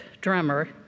drummer